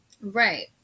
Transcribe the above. Right